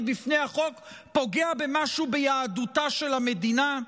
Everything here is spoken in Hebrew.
בפני החוק פוגע במשהו ביהדותה של המדינה?